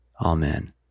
Amen